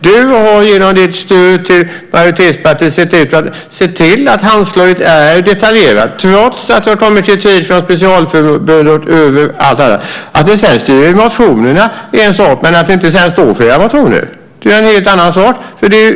Du har genom ditt stöd till majoritetspartiet sett till att Handslaget är detaljerat, trots att det har kommit kritik från specialförbund och andra. Att ni skriver motioner är en sak, men att ni sedan inte står för era motioner är ju en helt annan sak.